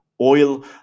oil